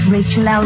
Rachel